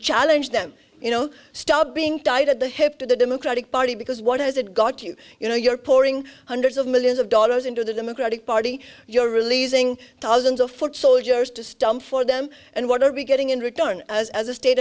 challenge them you know stop being tied at the hip to the democratic party because what has it got you you know you're pouring hundreds of millions of dollars into the democratic party you're releasing thousands of foot soldiers to stump for them and what are we getting in return as a state